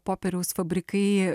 popieriaus fabrikai